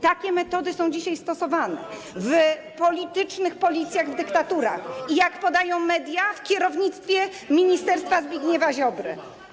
Takie metody są dzisiaj stosowane - w politycznych policjach, w dyktaturach i, jak podają media, w kierownictwie ministerstwa Zbigniewa Ziobry.